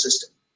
system